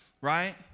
right